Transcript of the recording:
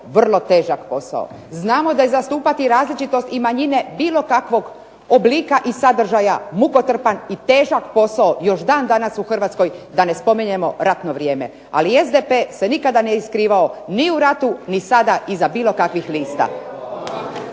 vrlo težak posao, znamo da je zastupati različitost i manjine bilo kakvog oblika i sadržaja mukotrpan i težak posao, još dan danas u Hrvatskoj. Da ne spominjemo ratno vrijeme. Ali, SDP se nikada nije skrivao ni u ratu ni sada iza bilo kakvih lista.